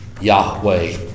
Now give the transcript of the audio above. Yahweh